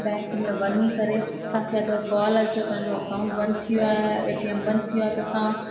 bank में वञी करे तव्हांखे अगरि कॉल अचे पंहिंजो अकाउंट बंदि थी वियो आहे एटीएम बंदि थी वियो आहे त तव्हां